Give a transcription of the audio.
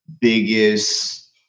biggest